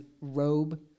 robe